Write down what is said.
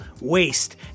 waste